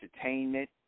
entertainment